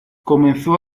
comenzó